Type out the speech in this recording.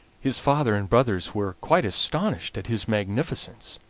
his father and brothers were quite astonished at his magnificence,